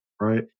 right